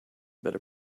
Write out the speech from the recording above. better